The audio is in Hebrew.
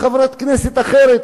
מחברת כנסת אחרת,